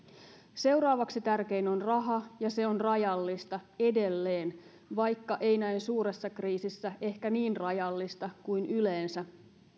seuraavaksi tärkein on raha ja se on rajallista edelleen vaikka ei näin suuressa kriisissä ehkä niin rajallista kuin yleensä